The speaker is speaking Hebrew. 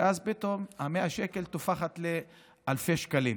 אז פתאום 100 שקל תופח לאלפי שקלים.